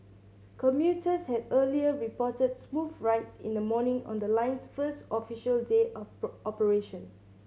commuters had earlier reported smooth rides in the morning on the line's first official day of poor operation